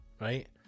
right